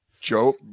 Joe